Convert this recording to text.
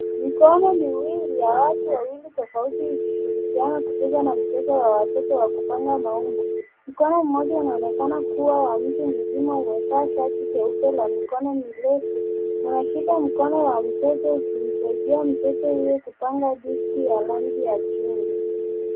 Mikono miwili ya watu wawili tofauti ikishirikiana kucheza na mchezo wa watoto wa kupangwa maumbo. Mkono mmoja unaoneaka kuwa wa mtu mzima umevaa shati jeupe la mikono mirefu unashika mkono wa mtoto akimsaidia mtoto huyo kupangwa diski ya rangi ya chungwa.